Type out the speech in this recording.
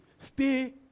stay